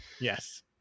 yes